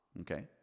okay